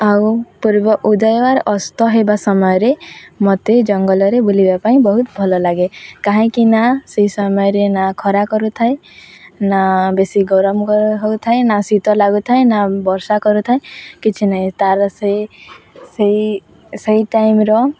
ଆଉ ପୂର୍ବ ଉଦୟର ଅସ୍ତ ହେବା ସମୟରେ ମୋତେ ଜଙ୍ଗଲରେ ବୁଲିବା ପାଇଁ ବହୁତ ଭଲ ଲାଗେ କାହିଁକିନା ସେଇ ସମୟରେ ନା ଖରା କରୁଥାଏ ନା ବେଶୀ ଗରମ ହେଉଥାଏ ନା ଶୀତ ଲାଗୁଥାଏ ନା ବର୍ଷା କରୁଥାଏ କିଛି ନାହିଁ ତାର ସେ ସେଇ ସେଇ ଟାଇମ୍ର